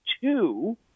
two